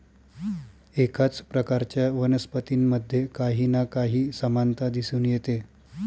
एकाच प्रकारच्या वनस्पतींमध्ये काही ना काही समानता दिसून येते